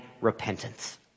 repentance